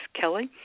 Kelly